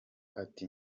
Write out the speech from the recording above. ati